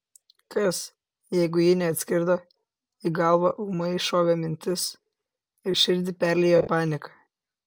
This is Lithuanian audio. kas jeigu ji neatskrido į galvą ūmai šovė mintis ir širdį perliejo panika